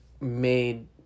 made